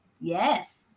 Yes